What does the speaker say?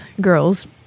girls